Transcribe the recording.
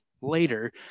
later